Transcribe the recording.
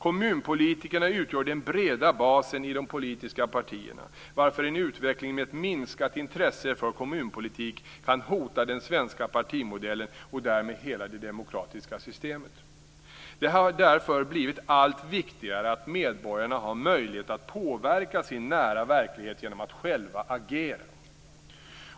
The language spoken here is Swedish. Kommunpolitikerna utgör den breda basen i de politiska partierna, varför en utveckling med ett minskat intresse för kommunpolitik kan hota den svenska partimodellen och därmed hela det demokratiska systemet. Det har därför blivit allt viktigare att medborgarna har möjlighet att påverka sin nära verklighet genom att själva agera.